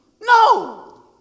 No